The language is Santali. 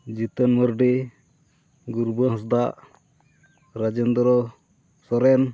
ᱡᱤᱛᱮᱱ ᱢᱟᱨᱰᱤ ᱜᱩᱨᱵᱷᱟᱹ ᱦᱟᱸᱥᱫᱟ ᱨᱟᱡᱮᱱᱫᱨᱚ ᱥᱚᱨᱮᱱ